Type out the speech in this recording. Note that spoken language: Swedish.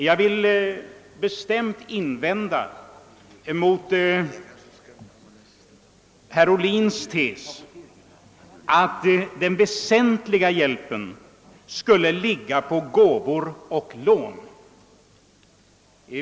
Jag vill bestämt vända mig mot herr Ohlins tes att den väsentliga hjälpen skulle utgöras av gåvor och lån.